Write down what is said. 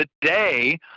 today